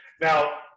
Now